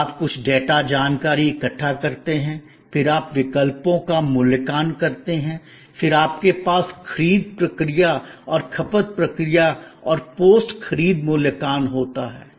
फिर आप कुछ डेटा जानकारी इकट्ठा करते हैं फिर आप विकल्पों का मूल्यांकन करते हैं फिर आपके पास खरीद प्रक्रिया और खपत प्रक्रिया और पोस्ट खरीद मूल्यांकन होता है